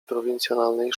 prowincjonalnej